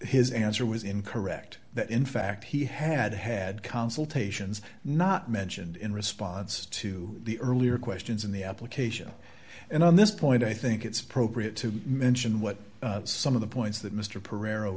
his answer was in correct that in fact he had had consultations not mentioned in response to the earlier questions in the application and on this point i think it's appropriate to mention what some of the points that mr pere